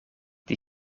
die